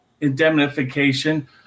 indemnification